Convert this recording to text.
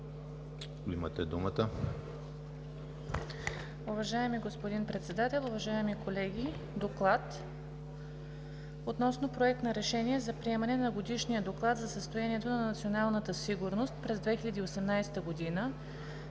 Уважаеми господин Председател, уважаеми колеги! „ДОКЛАД относно Проект на решение за приемане на Годишния доклад за състоянието на националната сигурност през 2018 г.,